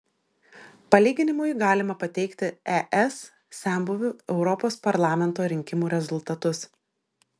palyginimui galima pateikti es senbuvių europos parlamento rinkimų rezultatus